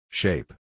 shape